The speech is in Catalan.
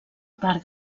part